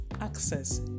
access